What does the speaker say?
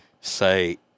say